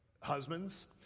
husbands